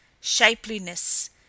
shapeliness